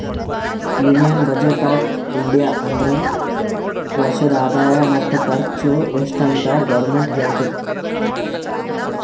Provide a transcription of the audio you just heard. union budget of India ಅಂದುರ್ ವರ್ಷದ ಆದಾಯ ಮತ್ತ ಖರ್ಚು ಎಸ್ಟ್ ಅಂತ್ ಗೌರ್ಮೆಂಟ್ ಹೇಳ್ತುದ